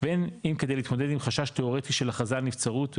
בין אם כדי להתמודד עם חשש תיאורטי של הכרזה על נבצרות,